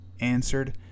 answered